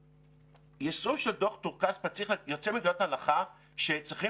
היישום של דוח טור-כספא יוצא מנקודת הנחה שצריכים